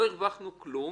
לא הרווחנו כלום,